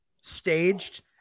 staged